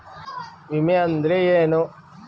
ವಿಮೆ ಅಂದ್ರೆ ಏನ?